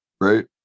Right